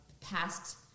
past